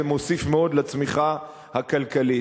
זה מוסיף מאוד לצמיחה הכלכלית.